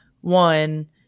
one